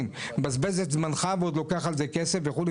מבזבז את זמנך ועוד לוקח על זה כסף וכו'.